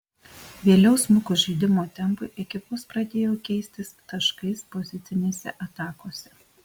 vėliau smukus žaidimo tempui ekipos pradėjo keistis taškais pozicinėse atakose